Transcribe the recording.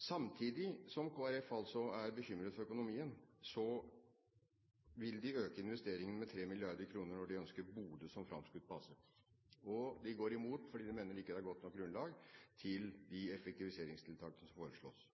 Samtidig som Kristelig Folkeparti altså er bekymret for økonomien, vil de øke investeringene med 3 mrd. kr når de ønsker Bodø som framskutt base. De går imot, fordi de mener det ikke er godt nok grunnlag for de effektiviseringstiltakene som foreslås.